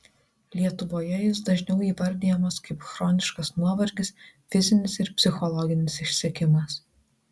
lietuvoje jis dažniau įvardijamas kaip chroniškas nuovargis fizinis ir psichologinis išsekimas